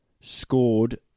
scored